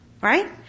Right